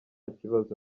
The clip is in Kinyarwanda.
kibazo